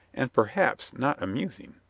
and perhaps not amusing.